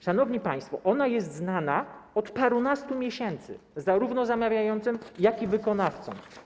Szanowni państwo, ona jest znana od parunastu miesięcy zarówno zamawiającym, jak i wykonawcom.